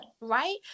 Right